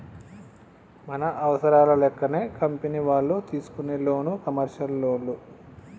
మన అవసరాల లెక్కనే కంపెనీ వాళ్ళు తీసుకునే లోను కమర్షియల్ లోన్లు